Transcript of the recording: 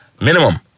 Minimum